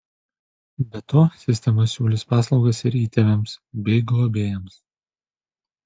be to sistema siūlys paslaugas ir įtėviams bei globėjams